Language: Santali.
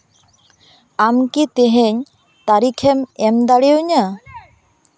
ᱟᱢ ᱠᱤ ᱛᱮᱦᱮᱧ ᱛᱟᱹᱨᱤᱠᱷᱮᱢ ᱮᱢ ᱫᱟᱲᱮᱣᱟᱹᱧᱟ